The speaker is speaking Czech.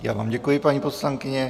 Já vám děkuji, paní poslankyně.